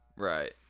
Right